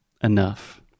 Enough